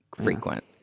frequent